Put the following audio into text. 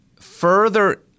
further